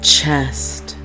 Chest